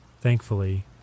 Thankfully